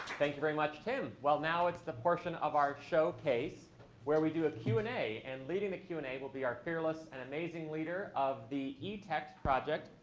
thank you very much, tim. well now it's the portion of our showcase where we do a q and a. and leading the q and a will be our fearless and amazing leader of the etext project,